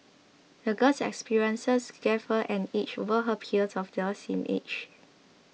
the girl's experiences gave her an edge over her peers of their same age